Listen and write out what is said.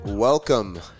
Welcome